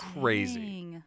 crazy